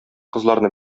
кызларны